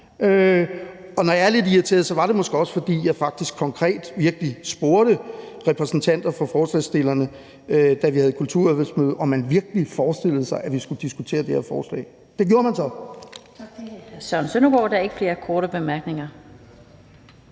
når jeg er lidt irriteret, er det måske også, fordi jeg faktisk konkret virkelig spurgte repræsentanter for forslagsstillerne, da vi havde kulturudvalgsmøde, om man virkelig forestillede sig, at vi skulle diskutere det her forslag. Det gjorde man så. Kl. 13:35 Den fg. formand